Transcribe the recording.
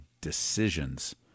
decisions